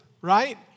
right